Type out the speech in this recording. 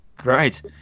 Great